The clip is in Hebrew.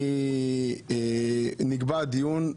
נקבע דיון,